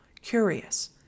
curious